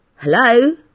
hello